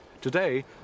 Today